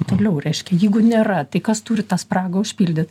toliau reiškia jeigu nėra tai kas turi tą spragą užpildyt